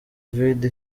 vidi